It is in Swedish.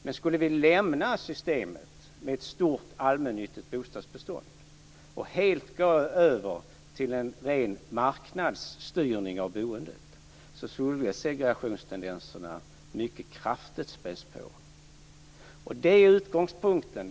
Men skulle vi lämna systemet med ett stort allmännyttigt bostadsbestånd och helt gå över till en ren marknadsstyrning av boendet, skulle segregationstendenserna mycket kraftigt spädas på.